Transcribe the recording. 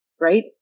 right